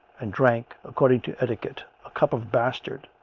and drank, according to etiquette, a cup of bastard.